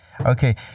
okay